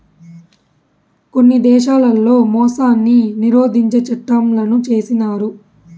కొన్ని దేశాల్లో మోసాన్ని నిరోధించే చట్టంలను చేసినారు